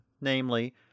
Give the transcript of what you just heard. namely